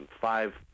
five